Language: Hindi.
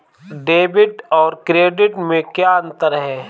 डेबिट और क्रेडिट में क्या अंतर है?